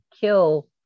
kill